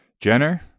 Jenner